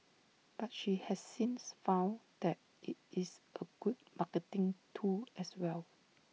but she has since found that IT is A good marketing tool as well